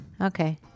Okay